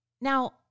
now